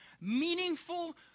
meaningful